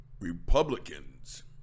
Republicans